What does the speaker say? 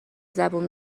زبون